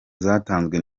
zatanzwe